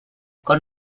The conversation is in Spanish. con